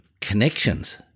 connections